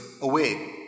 away